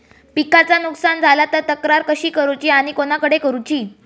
पिकाचा नुकसान झाला तर तक्रार कशी करूची आणि कोणाकडे करुची?